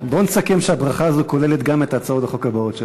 בוא נסכם שהברכה הזאת כוללת גם את הצעות החוק הבאות שלך.